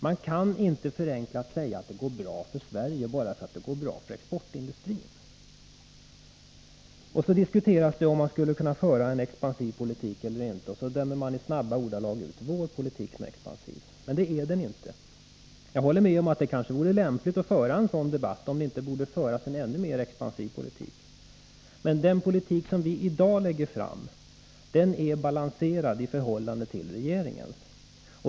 Man kan inte förenklat säga att det går bra för Sverige bara för att det går bra för exportindustrin. Det diskuteras om man skulle kunna föra en expansiv politik eller inte — och så dömer man snabbt ut vår politik som expansiv. Men det är den inte. Jag håller med om att det kanske vore lämpligt att föra en debatt om huruvida det inte borde föras en ännu mer expansiv politik, men den politik som vi i dag lägger fram förslag om är balanserad i förhållande till regeringens.